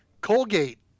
Colgate